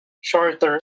shorter